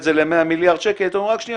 זה ל-100 מיליארד שקל היית אומר: רק שנייה,